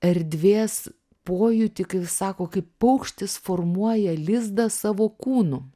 erdvės pojūtį kai sako kaip paukštis formuoja lizdą savo kūnu